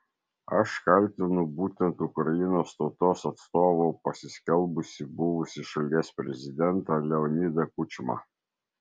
aš kaltinu būtent ukrainos tautos atstovu pasiskelbusį buvusį šalies prezidentą leonidą kučmą